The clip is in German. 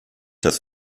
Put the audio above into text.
das